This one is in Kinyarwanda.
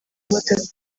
batatu